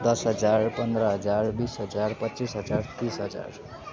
दस हजार पन्ध्र हजार बिस हजार पच्चिस हजार तिस हजार